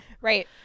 Right